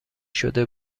شده